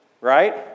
right